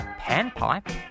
Panpipe